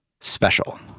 special